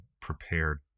prepared